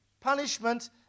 punishment